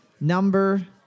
number